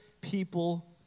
people